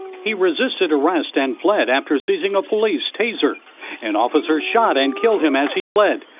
he resisted arrest and fled after seizing a police taser and officers shot and killed him as he fled.